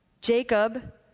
Jacob